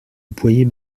boyer